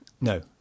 No